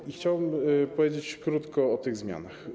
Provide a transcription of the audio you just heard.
I chciałbym powiedzieć krótko o tych zmianach.